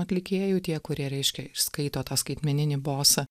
atlikėjų tie kurie reiškia ir skaito tą skaitmeninį bosą